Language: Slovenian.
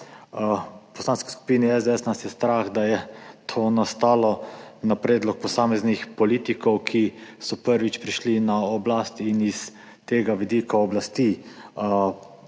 V Poslanski skupini SDS nas je strah, da je to nastalo na predlog posameznih politikov, ki so prvič prišli na oblast in s tega vidika oblasti dajejo